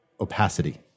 opacity